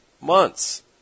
months